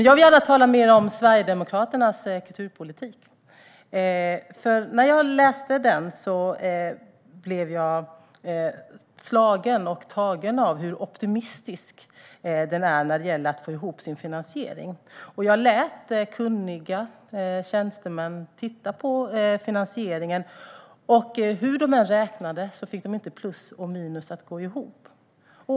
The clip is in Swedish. Jag vill gärna tala mer om Sverigedemokraternas kulturpolitik. När jag läste den slogs jag av och blev tagen av hur optimistisk den är när det gäller att få ihop sin finansiering. Jag lät kunniga tjänstemän titta på finansieringen. Hur de än räknade fick de inte plus och minus att gå ihop.